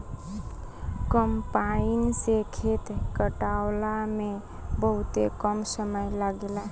combine से खेत कटावला में बहुते कम समय लागेला